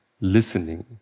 listening